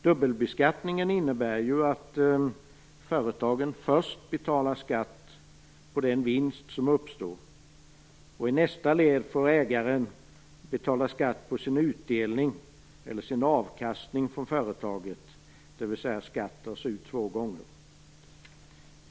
Dubbelbeskattningen innebär ju att företagen först betalar skatt på den vinst som uppstår. I nästa led får ägaren betala skatt på sin utdelning eller sin avkastning från företaget. Skatt tas alltså ut två gånger.